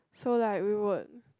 so like we would